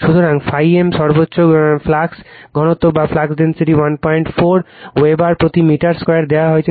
সুতরাং ∅ m সর্বোচ্চ flux ঘনত্ব 14 ওয়েবার প্রতি মিটার2 দেওয়া হয়েছে